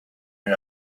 and